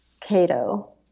Cato